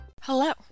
Hello